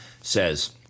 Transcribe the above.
says